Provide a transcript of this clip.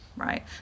Right